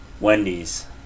Wendy's